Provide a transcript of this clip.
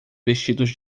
vestidos